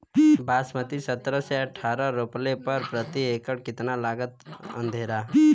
बासमती सत्रह से अठारह रोपले पर प्रति एकड़ कितना लागत अंधेरा?